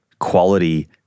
quality